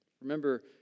Remember